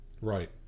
Right